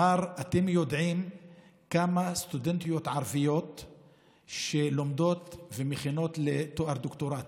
הוא אמר: אתם יודעים כמה סטודנטיות ערביות יש שלומדות לתואר דוקטור?